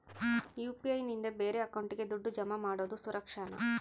UPI ನಿಂದ ಬೇರೆ ಅಕೌಂಟಿಗೆ ದುಡ್ಡು ಜಮಾ ಮಾಡೋದು ಸುರಕ್ಷಾನಾ?